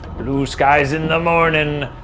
blue skies in the morning,